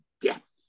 death